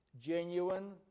genuine